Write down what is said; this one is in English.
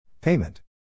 Payment